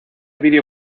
video